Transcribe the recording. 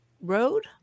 Road